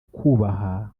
kubaha